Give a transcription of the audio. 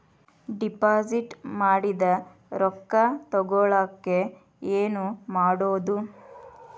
Deposit ಮಾಡಿದ ರೊಕ್ಕ ತಗೋಳಕ್ಕೆ ಏನು ಮಾಡೋದು?